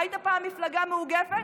ראית פעם מפלגה מאוגפת?